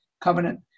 covenant